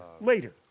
later